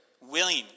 willing